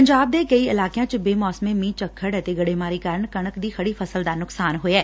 ਪੰਜਾਬ ਦੇ ਕਈ ਇਲਾਕਿਆਂ 'ਚ ਬੇਮੋਸਮੇ ਮੀਹ ਝੱਖੜ ਅਤੇ ਗੜੇਮਾਰੀ ਨਾਲ ਕਣਕ ਦੀ ਖੜੀ ਫਸਲ ਦਾ ਨੁਕਸਾਨ ਹੋਇਐ